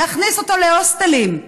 נכניס אותו להוסטלים.